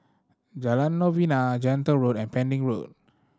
Jalan Novena Gentle Road and Pending Road